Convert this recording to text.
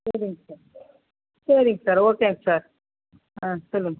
சரிங் சார் சரிங் சார் ஓகேங்க சார் ஆ சொல்லுங்க